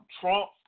Trump